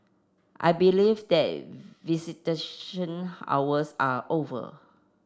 I believe that visitation hours are over